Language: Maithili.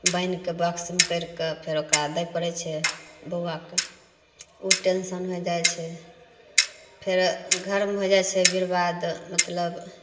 बनाकऽ बॉक्समे करिकऽ फेर ओकरा दैके पड़य छै बौआके टेन्शन होइ जाइ छै फेर घरमे हो जाइ छै बर्वाद मतलब